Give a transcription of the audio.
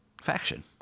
faction